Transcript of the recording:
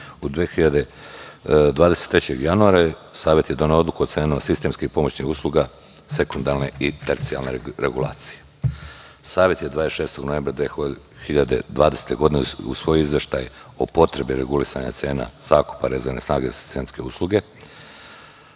23. januara Savet je doneo odluku o ceni sistemskih pomoćnik usluga sekundarne i tercijalne regulacije. Savet je, 26. novembra 2020. godine, usvojio Izveštaj o potrebi regulisanja cena zakupa rezervne snage za sistemske usluge. Da